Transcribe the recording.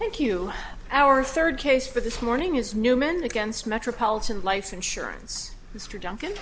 thank you our third case for this morning is newman against metropolitan life insurance mr duncan